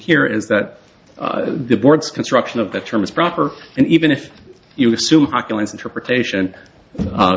here is that the board's construction of the term is proper and even if you assume